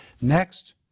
Next